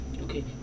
okay